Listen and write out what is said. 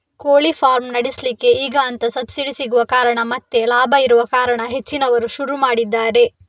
ಕೋಳಿ ಫಾರ್ಮ್ ನಡೆಸ್ಲಿಕ್ಕೆ ಅಂತ ಈಗ ಸಬ್ಸಿಡಿ ಸಿಗುವ ಕಾರಣ ಮತ್ತೆ ಲಾಭ ಇರುವ ಕಾರಣ ಹೆಚ್ಚಿನವರು ಶುರು ಮಾಡಿದ್ದಾರೆ